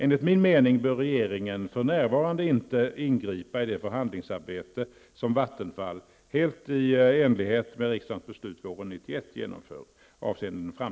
Enligt min mening bör regeringen för närvarande inte ingripa i det förhandlingsarbete som